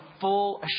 full